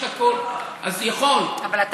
אם זה בניגוד לחוק זה נגמר כבר ברמה הגבוהה,